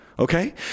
Okay